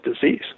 disease